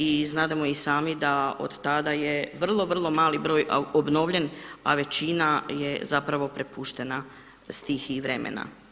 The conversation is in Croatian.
I znademo i sami da od tada je vrlo, vrlo mali broj obnovljen a većina je zapravo prepuštena stihiji vremena.